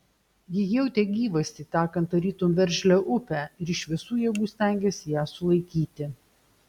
ji jautė gyvastį tekant tarytum veržlią upę ir iš visų jėgų stengėsi ją sulaikyti